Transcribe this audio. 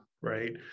right